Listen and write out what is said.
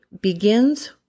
begins